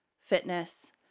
fitness